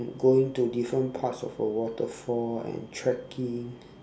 going to different parts of a waterfall and trekking